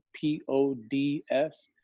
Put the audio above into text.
P-O-D-S